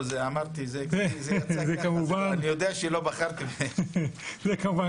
לא אני יודע שלא בחרתם --- כמובן,